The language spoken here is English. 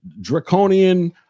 draconian